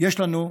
יש לנו,